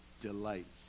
delights